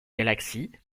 galaxies